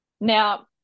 Now